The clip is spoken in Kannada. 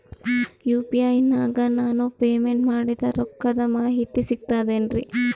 ಯು.ಪಿ.ಐ ನಾಗ ನಾನು ಪೇಮೆಂಟ್ ಮಾಡಿದ ರೊಕ್ಕದ ಮಾಹಿತಿ ಸಿಕ್ತಾತೇನ್ರೀ?